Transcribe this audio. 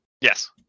Yes